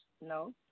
No